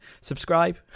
subscribe